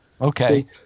Okay